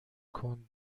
کند